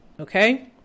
Okay